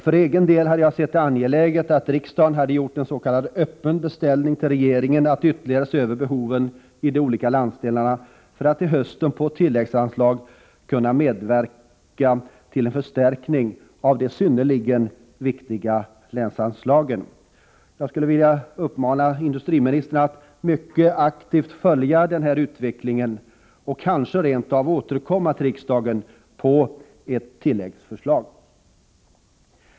För egen del hade jag sett det angeläget att riksdagen hade gjort en s.k. öppen beställning till regeringen att ytterligare se över behoven i de olika landsdelarna för att till hösten på tilläggsanslag kunna medverka till en förstärkning av det synnerligen viktiga länsanslaget. Jag skulle vilja uppmana industriministern att mycket aktivt följa den här utvecklingen och kanske rent av återkomma till riksdagen med förslag om tilläggsanslag.